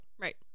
right